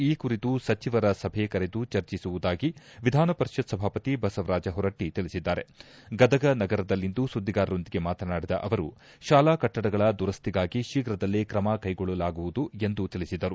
ಈ ಕುರಿತು ಸಚಿವರ ಸಭೆ ಕರೆದು ಚರ್ಚಿಸುವುದಾಗಿ ವಿಧಾನ ಪರಿಷತ್ ಸಭಾಪತಿ ಬಸವರಾಜ ಹೊರಟ್ಟೆ ತಿಳಿಸಿದ್ದಾರೆ ಗದಗ ನಗರದಲ್ಲಿಂದು ಸುದ್ದಿಗಾರರೊಂದಿಗೆ ಮಾತನಾಡಿದ ಅವರುಶಾಲಾ ಕಟ್ಟಡಗಳ ದುರಸ್ತಿಗಾಗಿ ಶೀಘದಲ್ಲೆ ತ್ರಮ ಕೈಗೊಳ್ಳಲಾಗುವುದೆಂದು ತಿಳಿಸಿದರು